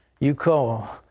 you call.